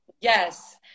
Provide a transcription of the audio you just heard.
Yes